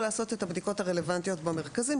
לעשות את הבדיקות הרלוונטיות במרכזים.